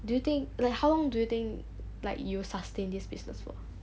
do you think like how long do you think like you sustain this business for